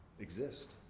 exist